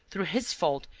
through his fault,